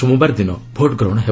ସୋମବାର ଦିନ ଭୋଟ୍ ଗ୍ରହଣ ହେବ